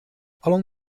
among